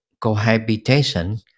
cohabitation